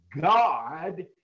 God